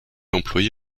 employé